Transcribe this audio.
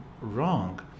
wrong